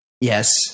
Yes